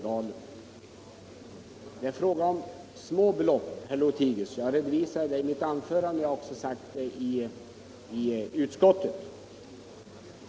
Det är emellertid bara fråga om ganska små belopp, herr Lothigius, och jag redovisade också deua i mitt anförande liksom jag tidigare gjort I utskottet.